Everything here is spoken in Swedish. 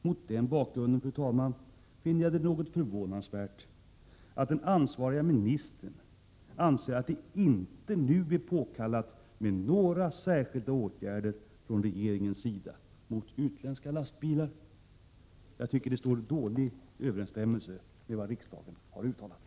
Mot den bakgrunden finner jag det något förvånansvärt att den ansvarige ministern inte anser att några särskilda åtgärder från regeringens sida mot utländska lastbilar nu är påkallade. Jag tycker att det står dåligt i överensstämmelse med vad riksdagen uttalade.